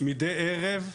מדי ערב יריות,